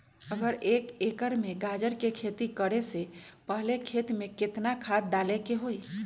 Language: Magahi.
अगर एक एकर में गाजर के खेती करे से पहले खेत में केतना खाद्य डाले के होई?